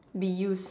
be used